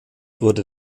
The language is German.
wurde